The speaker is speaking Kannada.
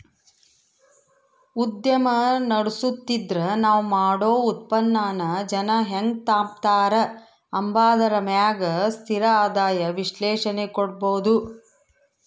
ಉದ್ಯಮ ನಡುಸ್ತಿದ್ರ ನಾವ್ ಮಾಡೋ ಉತ್ಪನ್ನಾನ ಜನ ಹೆಂಗ್ ತಾಂಬತಾರ ಅಂಬಾದರ ಮ್ಯಾಗ ಸ್ಥಿರ ಆದಾಯ ವಿಶ್ಲೇಷಣೆ ಕೊಡ್ಬೋದು